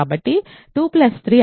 కాబట్టి 2 3 అంటే ఏమిటి